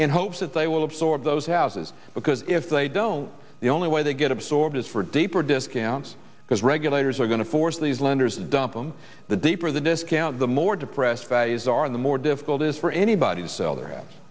in hopes that they will absorb those houses because if they don't the only way they get absorbed is for deeper discounts because regulators are going to force these lenders dump them the deeper the discount the more depressed values are the more difficult it is for anybody to sell their house